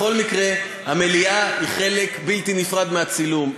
בכל מקרה, המליאה היא חלק בלתי נפרד מהצילום.